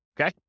Okay